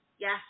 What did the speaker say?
Yes